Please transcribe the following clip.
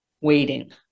waiting